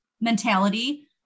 mentality